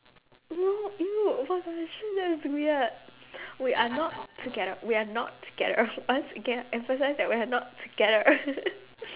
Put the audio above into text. no !eww! oh my gosh wa~ that's weird we're not together we're not together once again emphasise that we're not together